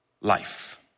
life